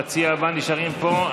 שהוא המציע הבא, נשארים פה.